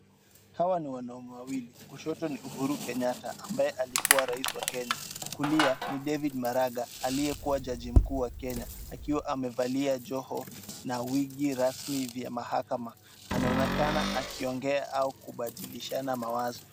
Hawa ni wanaume wawili kushoto ni Uhuru Kenyatta amabaye alikua rais wa Kenya. Kulia ni David Maraga aliyekuwa jaji mkuu wa Kenya akiwa amevaliq joho na wigi rasmi vya mahakama. Anaonekana akiongea au kubadilishana mawazo.